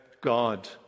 God